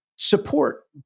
support